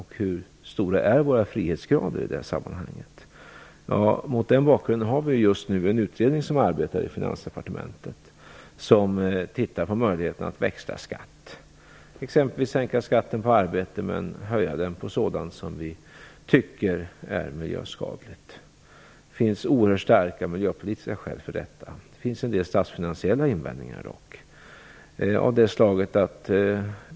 Hur stor är vår frihet i det sammanhanget? Mot den bakgrunden arbetar just nu en utredning i Finansdepartementet med att titta närmare på möjligheterna att växla skatt, exempelvis sänka skatten på arbete men höja den på sådant som vi tycker är miljöskadligt. Det finns oerhört starka miljöpolitiska skäl för detta, men det finns också en del statsfinansiella invändningar mot det.